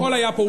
ואנחנו נבקש.